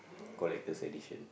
collect those edition